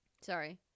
Sorry